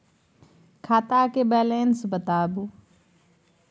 खाता के बैलेंस बताबू?